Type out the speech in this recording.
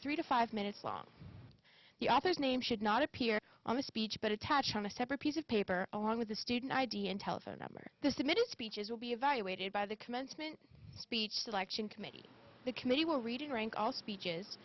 three to five minutes long the author's name should not appear on the speech but attached on a separate piece of paper along with the student id and telephone number the submitted speeches will be evaluated by the commencement speech selection committee the committee will reading rank all speeches